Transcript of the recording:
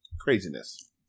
Craziness